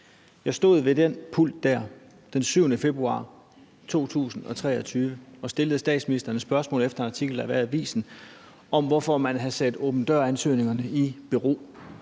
talerstolen den 7. februar 2023 og stillede statsministeren et spørgsmål efter en artikel, der havde været i avisen, om, hvorfor man havde sat åben dør-ansøgningerne i bero.